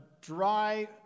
dry